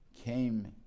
came